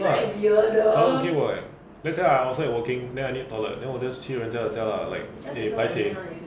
ya !huh! okay what let's say I outside working then I need toilet then 我 just 去人家的家 lah eh paiseh